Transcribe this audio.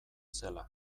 zela